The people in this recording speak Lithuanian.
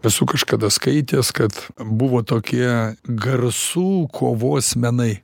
esu kažkada skaitęs kad buvo tokie garsų kovos menai